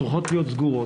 צריכות להיות סגורות.